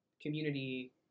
community